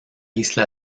isla